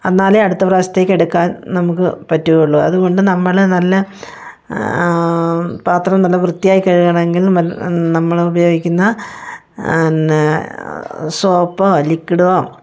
എന്നാലേ അടുത്ത പ്രാവശ്യത്തേക്ക് എടുക്കാൻ നമുക്ക് പറ്റുകയുള്ളു അതുകൊണ്ട് നമ്മള് നല്ല പാത്രം നല്ല വൃത്തിയായി കഴുകണമെങ്കിൽ നമ്മളുപയോഗിക്കുന്ന സോപ്പോ ലിക്വിഡോ